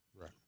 right